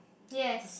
yes